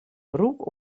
broek